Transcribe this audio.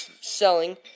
selling